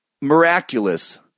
miraculous